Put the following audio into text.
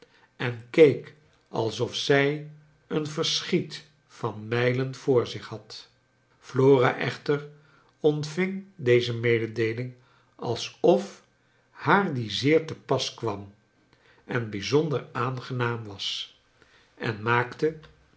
en keek alsof zij een verschiet van mijlen voor zich had flora echter ontving deze mededeeling alsof haar die zeer te pas kwam en bijzonder aangenaam was en maakte